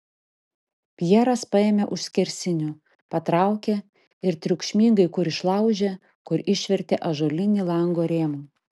pjeras paėmė už skersinių patraukė ir triukšmingai kur išlaužė kur išvertė ąžuolinį lango rėmą